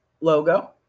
logo